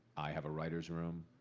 i have a writer's room,